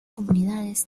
comunidades